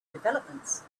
developments